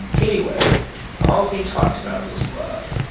anyway all he talked about was love.